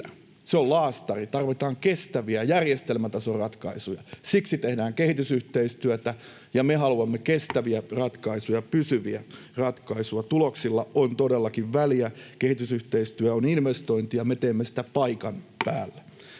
se on laastari. Tarvitaan kestäviä, järjestelmätason ratkaisuja. Siksi tehdään kehitysyhteistyötä, ja me haluamme kestäviä ratkaisuja, pysyviä ratkaisuja. Tuloksilla on todellakin väliä. Kehitysyhteistyö on investointi, ja me teemme sitä paikan päällä.